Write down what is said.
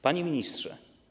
Panie Ministrze!